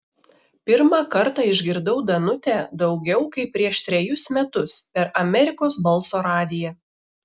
pirmą kartą išgirdau danutę daugiau kaip prieš trejus metus per amerikos balso radiją